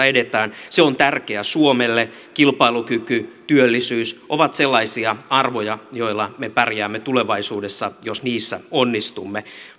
edetään se on tärkeää suomelle kilpailukyky työllisyys ovat sellaisia arvoja joilla me pärjäämme tulevaisuudessa jos niissä onnistumme